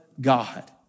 God